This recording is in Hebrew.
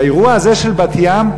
והאירוע הזה של בת-ים,